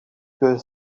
que